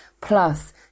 plus